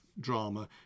drama